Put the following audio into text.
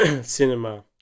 cinema